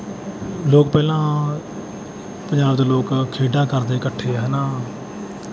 ਲੋਕ ਪਹਿਲਾਂ ਪੰਜਾਬ ਦੇ ਲੋਕ ਖੇਡਾਂ ਕਰਦੇ ਇਕੱਠੇ ਹੈ ਨਾ